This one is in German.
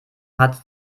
hat